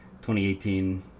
2018